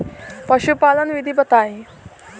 पशुपालन विधि बताई?